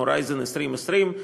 "הורייזן 2020",